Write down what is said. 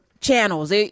channels